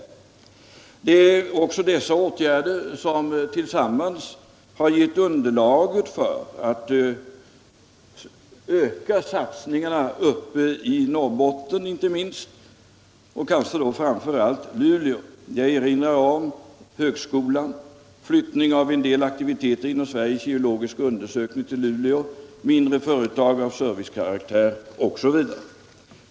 Det är också dessa åtgärder som lämnat underlaget för ökade satsningar inte minst i Norrbotten och kanske framför allt i Luleå. Jag erinrar om högskolan, flyttningen av en del aktiviteter inom Sveriges geologiska undersökningar till Luleå, tillkomsten av mindre företag av servicekaraktär, osv.